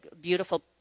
beautiful